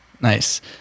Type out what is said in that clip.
Nice